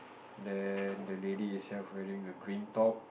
then the lady itself wearing a green top